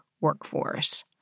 workforce